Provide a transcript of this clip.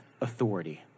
authority